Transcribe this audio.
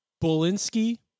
Bolinski